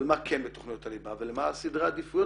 אבל מה כן בתכניות הליבה ולמה סדרי העדיפויות